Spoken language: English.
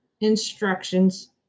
instructions